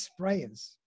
Sprayers